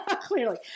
Clearly